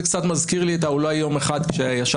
אתה רק מדגים כאן איזו בעיה יש כאן כשיש